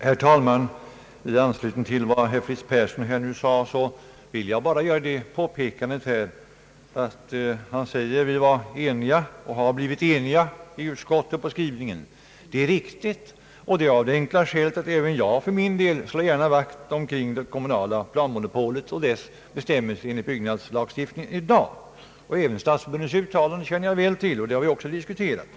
Herr talman! I anslutning till vad herr Fritz Persson uttalade här vill jag bara påpeka, att det är riktigt som han säger att vi varit eniga i utskottet om skrivningen. Även jag slår gärna vakt omkring det kommunala planmonopolet och de nuvarande bestämmelserna härom i byggnadslagstiftningen. Stadsförbundets uttalande känner jag också väl till — det har ju diskuterats.